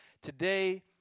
Today